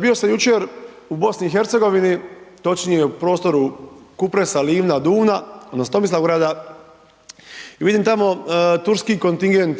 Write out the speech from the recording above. bio sam jučer u BiH, točnije u prostoru Kupresa, Livna, Duvna odnosno Tomislavgrada i vidim tamo turski kontingent